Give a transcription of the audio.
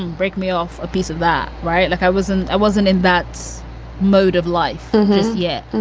and break me off a piece of that. right. look, i wasn't i wasn't in that mode of life yet.